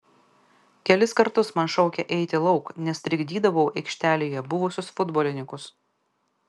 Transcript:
kelis kartus man šaukė eiti lauk nes trikdydavau aikštelėje buvusius futbolininkus